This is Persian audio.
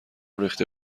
ریخته